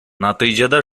натыйжада